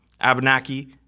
Abenaki